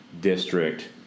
District